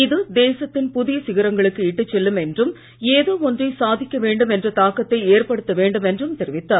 இது தேசத்தின் புதிய சிகரங்களுக்கு இட்டுச் செல்லும் என்றும் ஏதோ ஒன்றை சாதிக்க வேண்டும் என்ற தாக்கத்தை ஏற்படுத்த வேண்டும் என்றும் தெரிவித்தார்